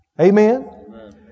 Amen